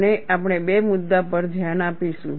અને આપણે બે મુદ્દાઓ પર ધ્યાન આપીશું